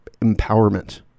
empowerment